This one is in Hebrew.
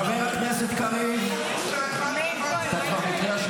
(חברי הכנסת ולדימיר בליאק ויוראי להב